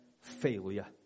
failure